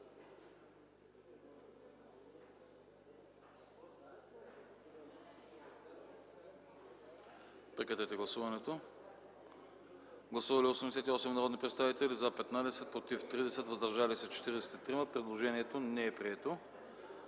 Режим на гласуване. Гласували 84 народни представители: за 12, против 34, въздържали се 38. Предложението не е прието.